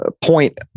point